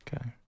Okay